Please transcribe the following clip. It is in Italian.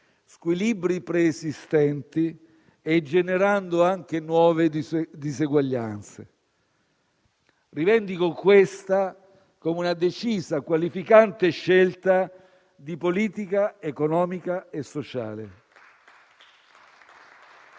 squilibri preesistenti e generando nuove diseguaglianze. Rivendico questa come una decisa e qualificante scelta di politica economica e sociale.